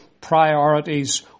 priorities